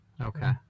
Okay